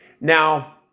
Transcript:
Now